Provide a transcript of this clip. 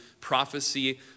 prophecy